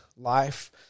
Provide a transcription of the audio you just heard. life